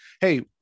Hey